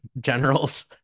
generals